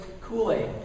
Kool-Aid